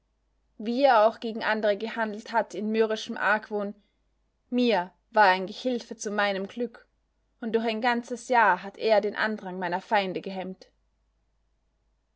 wie er auch gegen andere gehandelt hat in mürrischem argwohn mir war er ein gehilfe zu meinem glück und durch ein ganzes jahr hat er den andrang meiner feinde gehemmt